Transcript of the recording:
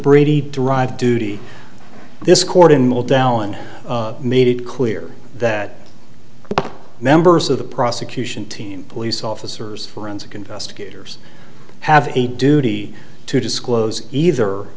brady derived duty this court in modelling made it clear that members of the prosecution team police officers forensic investigators have a duty to disclose either